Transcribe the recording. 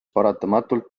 paratamatult